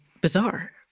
bizarre